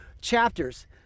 chapters